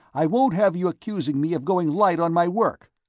i won't have you accusing me of going light on my work!